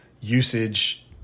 usage